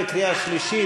בקריאה שלישית,